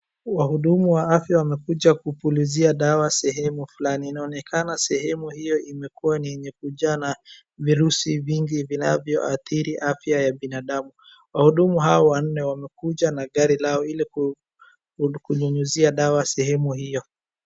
Wahudumu wa afya wamekuja kupulizia dawa sehemu fulani. Inaonekana sehemu hiyo imekuwa ni yenye kujaa na virusi vingi vinavyoathiri afya ya binadamu. Wahudumu hawa wanne wamekuja na gari lao ilil kunyunyuzia dawa sehemu hiyo.